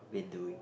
been doing